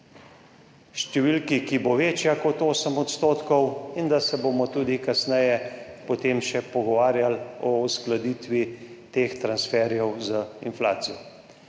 številki, ki bo večja kot 8 % in da se bomo tudi kasneje potem še pogovarjali o uskladitvi teh transferjev z inflacijo.